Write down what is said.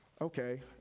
okay